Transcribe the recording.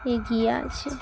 এগিয়ে আছে